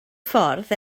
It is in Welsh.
ffordd